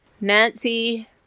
Nancy